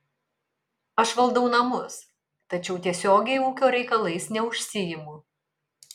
aš valdau namus tačiau tiesiogiai ūkio reikalais neužsiimu